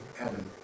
Adam